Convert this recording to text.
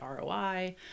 ROI